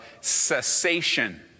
cessation